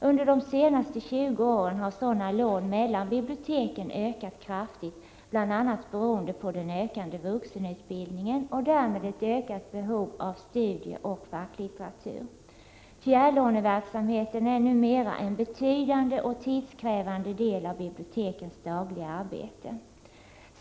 Under de senaste 20 åren har sådana lån mellan biblioteken ökat kraftigt, bl.a. beroende på den ökande vuxenutbildningen och därmed på ett ökat behov av studieoch facklitteratur. Fjärrlåneverksamheten är numera en betydande och tidskrävande del av bibliotekens dagliga arbete.